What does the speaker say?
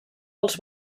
dels